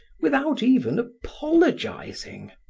without even apologizing.